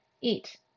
Eat